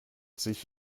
sich